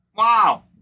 Wow